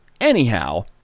Anyhow